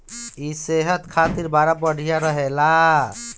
इ सेहत खातिर बड़ा बढ़िया रहेला